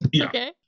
Okay